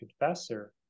confessor